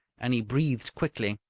and he breathed quickly.